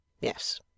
Yes